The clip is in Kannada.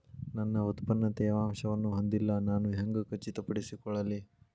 ನನ್ನ ಉತ್ಪನ್ನ ತೇವಾಂಶವನ್ನು ಹೊಂದಿಲ್ಲಾ ನಾನು ಹೆಂಗ್ ಖಚಿತಪಡಿಸಿಕೊಳ್ಳಲಿ?